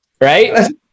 right